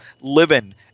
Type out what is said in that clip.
living